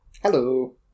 Hello